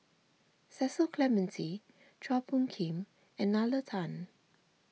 Cecil Clementi Chua Phung Kim and Nalla Tan